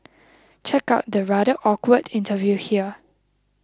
check out the rather awkward interview here